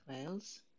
Wales